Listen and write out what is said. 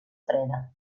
freda